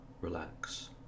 relax